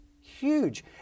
Huge